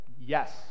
Yes